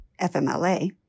FMLA